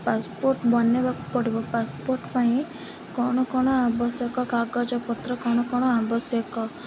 passport ବନେଇବାକୁ ପଡ଼ିବ passport ପାଇଁ କ'ଣ କ'ଣ ଆବଶ୍ୟକ କାଗଜପତ୍ର କ'ଣ କ'ଣ ଆବଶ୍ୟକ